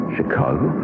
Chicago